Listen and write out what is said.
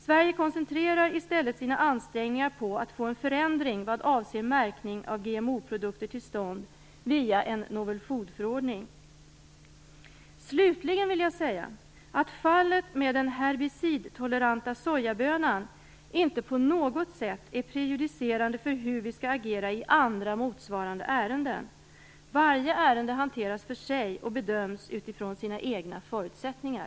Sverige koncentrerar i stället sina ansträngningar på att få en förändring vad avser märkning av GMO produkter till stånd via en novel food-förordning. Slutligen vill jag säga att fallet med den herbicidtoleranta sojabönan inte på något sätt är prejudicerande för hur vi skall agera i andra motsvarande ärenden. Varje ärende hanteras för sig och bedöms utifrån sina egna förutsättningar.